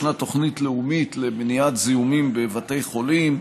ישנה תוכנית לאומית למניעת זיהומים בבתי חולים.